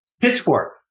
Pitchfork